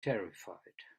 terrified